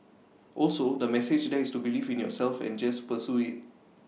also the message there is to believe in yourself and just pursue IT